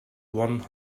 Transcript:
one